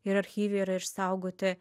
ir archyve yra išsaugoti